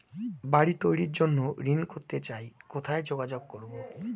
বাড়ি তৈরির জন্য ঋণ করতে চাই কোথায় যোগাযোগ করবো?